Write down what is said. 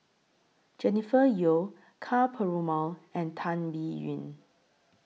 Jennifer Yeo Ka Perumal and Tan Biyun